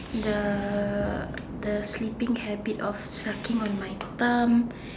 the the sleeping habit on sucking on my thumb